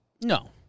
No